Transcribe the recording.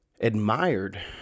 admired